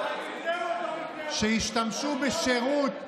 שישתמשו בשירות,